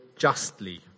Justly